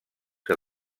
que